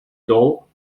doll